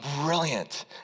brilliant